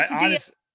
honestly-